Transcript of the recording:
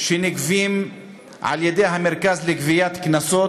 שנגבים על-ידי המרכז לגביית קנסות.